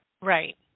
right